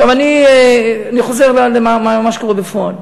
עכשיו, אני חוזר למה שקורה בפועל.